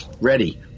ready